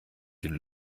den